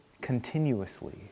continuously